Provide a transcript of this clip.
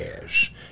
Cash